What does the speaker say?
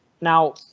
Now